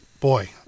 Boy